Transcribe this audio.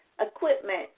equipment